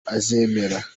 azemera